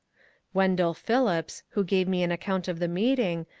wendell phillips, who gave me an account of the meeting,